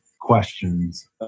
questions